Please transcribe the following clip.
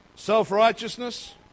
Self-righteousness